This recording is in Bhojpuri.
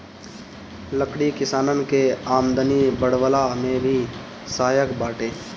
लकड़ी किसानन के आमदनी बढ़वला में भी सहायक बाटे